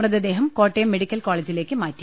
മൃതദേഹം കോട്ടയം മെഡിക്കൽകോളെജി ലേക്ക് മാറ്റി